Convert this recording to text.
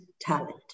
talent